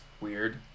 weird